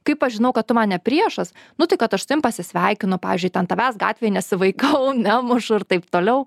kaip aš žinau kad tu man ne priešas nu tai kad aš savimi pasisveikinu pavyzdžiui ten tavęs gatvėj nesivaikau nemušu ir taip toliau